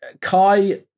Kai